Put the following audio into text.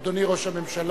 אדוני ראש הממשלה.